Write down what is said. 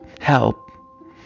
help